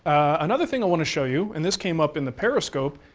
another thing i want to show you, and this came up in the periscope,